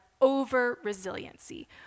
over-resiliency